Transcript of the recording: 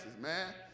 man